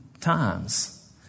times